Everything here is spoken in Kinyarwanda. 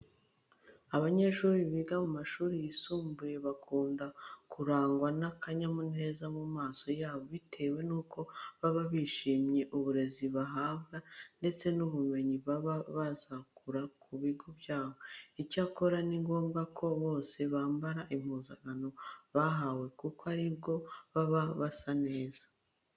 Abanyeshuri biga mu mashuri yisumbuye bakunda kurangwa n'akanyamuneza mu maso yabo bitewe nuko baba bishimiye uburezi bahabwa ndetse n'ubumenyi baba bazakura ku bigo byabo. Icyakora ni ngombwa ko bose bambara impuzankano bahawe kuko ari bwo baba basa neza.